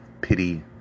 pity